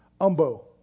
Umbo